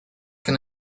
can